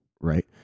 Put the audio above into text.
right